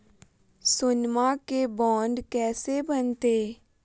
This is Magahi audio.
सोनमा के बॉन्ड कैसे बनते?